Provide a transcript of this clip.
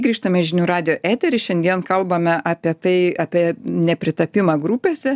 grįžtame į žinių radijo eterį šiandien kalbame apie tai apie nepritapimą grupėse